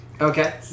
Okay